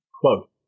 quote